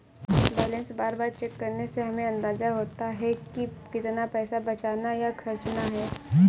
balance बार बार check करने से हमे अंदाज़ा होता है की कितना पैसा बचाना या खर्चना है